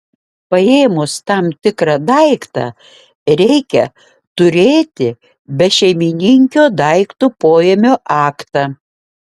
paėmus tam tikrą daiktą reikia turėti bešeimininkio daikto poėmio aktą